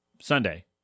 Sunday